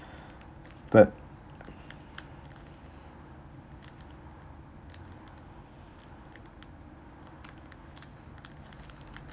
but